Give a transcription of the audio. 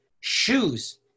Shoes